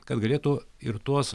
kad galėtų ir tuos